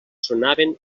sonaven